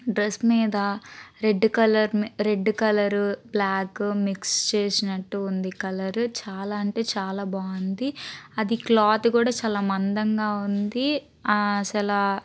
dress మీద red colour red colour black mix చేసినట్టు ఉంది కలరు చాలా అంటే చాలా బాగుంది అది క్లాత్ కూడా చాలా మందంగా ఉంది అసలు